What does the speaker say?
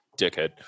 dickhead